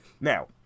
Now